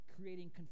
creating